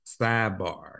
sidebar